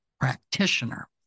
practitioner